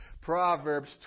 Proverbs